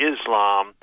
Islam